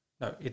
No